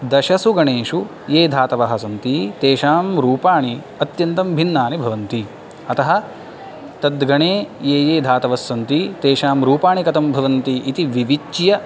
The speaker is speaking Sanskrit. दशषु गणेषु ये धातवः सन्ति तेषां रूपाणि अत्यन्तं भिन्नानि भवन्ति अतः तद्गणे ये ये धातवस्सन्ति तेषां रूपाणि कथं भवन्ति इति विविच्य